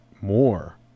more